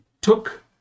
took